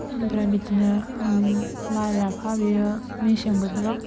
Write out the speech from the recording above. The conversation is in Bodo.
ओमफ्राय बिदिनो लाइ लाफा बेयो मेसें बोथोराव